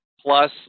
plus